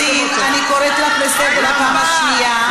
אני קוראת אותך לסדר בפעם השנייה.